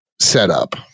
setup